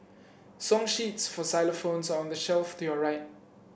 song sheets for xylophones are on the shelf to your right